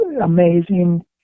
amazing